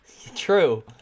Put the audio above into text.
True